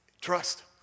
Trust